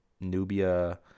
nubia